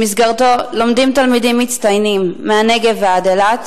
שבמסגרתו לומדים תלמידים מצטיינים מהנגב ועד אילת